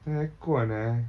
aircon eh